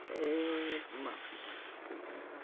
ते म